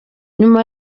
nyuma